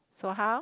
so how